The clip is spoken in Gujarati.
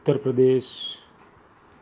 ઉત્તર પ્રદેશ